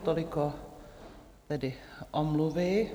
Toliko tedy omluvy.